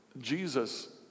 Jesus